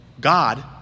God